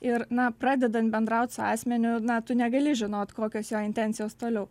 ir na pradedant bendraut su asmeniu na tu negali žinot kokios jo intencijos toliau